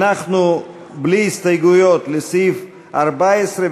בלי הסתייגויות לסעיף 14,